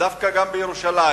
דווקא גם בירושלים.